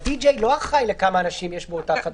הדי-ג'יי לא אחראי לכמה אנשים יש באותה חתונה.